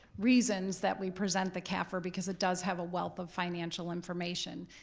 reasons that we present the cafr because it does have a wealth of financial information.